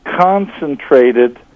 concentrated